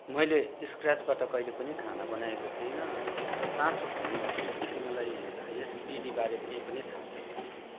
मैले स्क्रेचबाट कहिले पनि खाना बनाएको छुइनँ र साँचो भन्नु हो भनेदेखि मलाई यस विधिबारे केही पनि थाहा छैन